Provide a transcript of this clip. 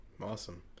awesome